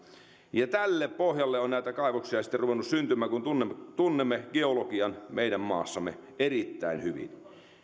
tälle pohjalle on näitä kaivoksia sitten ruvennut syntymään kun tunnemme kun tunnemme geologian meidän maassamme erittäin hyvin